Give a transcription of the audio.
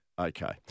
Okay